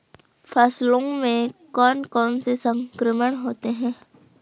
फसलों में कौन कौन से संक्रमण होते हैं?